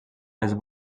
les